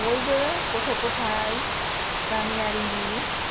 बयबो गथ' गथाय गामियारिनि